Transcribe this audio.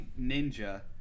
ninja